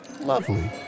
lovely